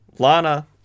Lana